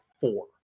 four